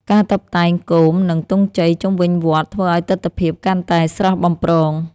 ការតុបតែងគោម និងទង់ជ័យជុំវិញវត្ត ធ្វើឱ្យទិដ្ឋភាពកាន់តែស្រស់បំព្រង។